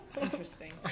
Interesting